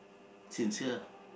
sincere